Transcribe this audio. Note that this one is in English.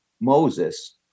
Moses